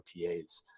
OTAs